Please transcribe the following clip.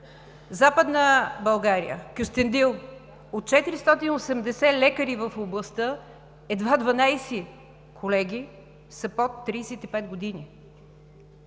Западна България, в Кюстендил – от 480 лекари в областта, едва 12 колеги са под 35 години.